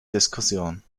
diskussion